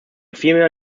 vielmehr